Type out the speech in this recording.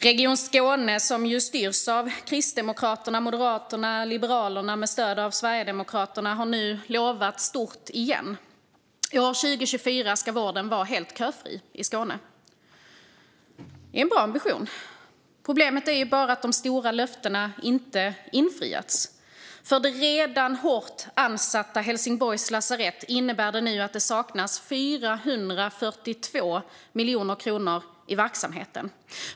Region Skåne, som styrs av Kristdemokraterna, Moderaterna och Liberalerna med stöd av Sverigedemokraterna, har nu lovat stort igen: År 2024 ska vården vara helt köfri i Skåne. Det är en bra ambition. Problemet är bara att de stora löftena inte infriats. För det redan hårt ansatta Helsingborgs lasarett innebär det att det nu saknas 442 miljoner kronor i verksamheten.